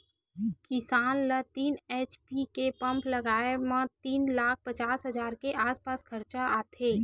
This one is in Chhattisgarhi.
किसान ल तीन एच.पी के पंप लगाए म तीन लाख पचास हजार के आसपास खरचा आथे